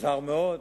מוזר מאוד.